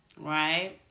right